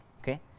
okay